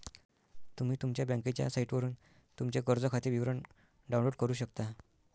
तुम्ही तुमच्या बँकेच्या साइटवरून तुमचे कर्ज खाते विवरण डाउनलोड करू शकता